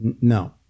No